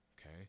Okay